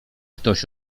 ktoś